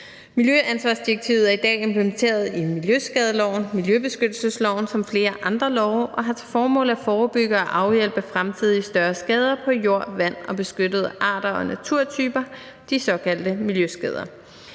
Miljøansvarsdirektivet er i dag implementeret i miljøskadeloven, miljøbeskyttelsesloven samt flere andre love og har til formål at forebygge og afhjælpe fremtidige større skader på jord, vand og beskyttede arter og naturtyper, de såkaldte miljøskader.